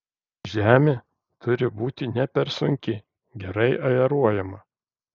žemė turi būti ne per sunki gerai aeruojama